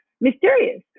mysterious